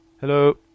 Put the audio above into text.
Hello